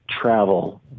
travel